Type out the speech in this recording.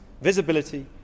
visibility